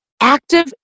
active